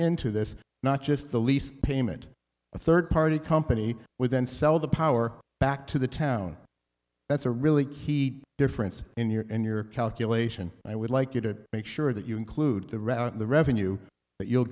into this not just the lease payment a third party company with then sell the power back to the town that's a really key difference in your in your calculation and i would like you to make sure that you include the rest of the revenue that you'll